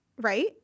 right